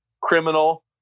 criminal